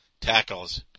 tackles